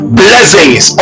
blessings